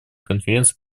конференции